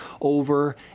over